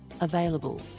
available